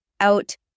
out